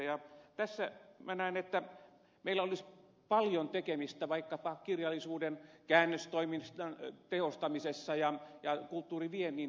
tässä minä näen että meillä olisi paljon tekemistä vaikkapa kirjallisuuden käännöstoiminnan tehostamisessa ja kulttuuriviennin tiivistämisessä